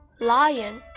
Lion